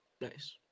Nice